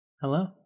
Hello